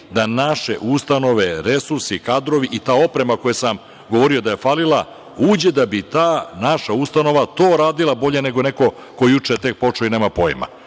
da naše ustanove, resursi, kadrovi i ta oprema, za koju sam govorio je falila uđe da bi ta naša ustanova to radila bolje nego ko je juče tek počeo i nema pojma. Tako